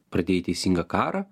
pradėjai teisingą karą